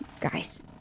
guys